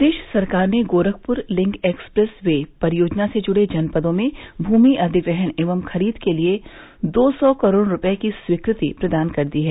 प्रदेश सरकार ने Gorakhpur link express way परियोजना से जुड़े जनपदों में भूमि अधिग्रहण एवं खरीद के लिये दो सौ करोड़ रूपये की स्वीकृति प्रदान कर दी है